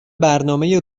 برنامه